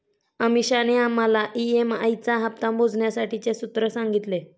अमीषाने आम्हाला ई.एम.आई चा हप्ता मोजण्यासाठीचे सूत्र सांगितले